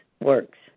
works